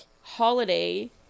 holiday